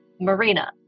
Marina